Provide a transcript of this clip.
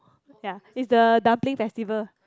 ya it's the dumpling festival